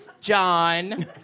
John